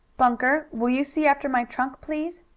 bunker, will you see after my trunk, please?